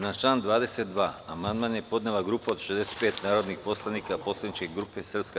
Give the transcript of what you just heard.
Na član 22. amandman je podnela grupa od 65 narodnih poslanika poslaničke grupe SNS.